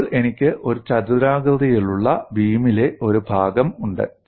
ഇപ്പോൾ എനിക്ക് ഒരു ചതുരാകൃതിയിലുള്ള ബീമിലെ ഒരു ഭാഗം ഉണ്ട്